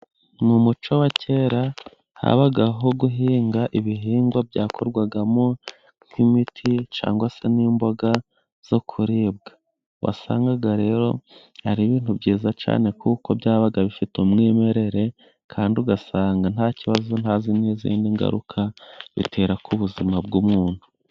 Mu muco wa kera habagaho guhinga ibihingwa byakorwagamo nk'imiti cyangwa se n'imboga zo kuribwa. Wasangaga rero ari ibintu byiza cyane kuko byabaga bifite umwimerere kandi ugasanga nta kibazo nta n'izindi ngaruka bitera ku ubuzima bw'umuntu.